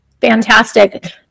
fantastic